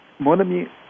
monami